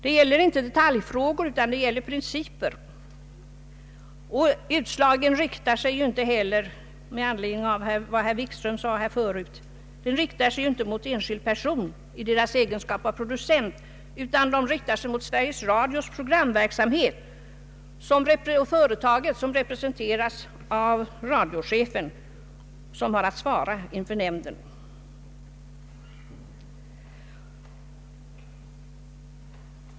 Det gäller inte detaljfrågor utan principer, och med anledning av vad herr Wikström sade här förut vill jag framhålla att utslagen inte heller riktar sig mot enskild person i hans egenskap av producent utan mot Sveriges Radios programverksamhet och företaget, som representeras av radiochefen vilken har att svara inför nämnden.